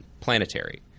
Planetary